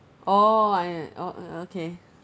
orh I orh uh okay